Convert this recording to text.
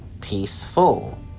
Peaceful